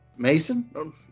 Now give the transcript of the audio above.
Mason